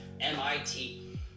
MIT